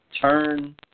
turn